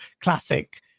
classic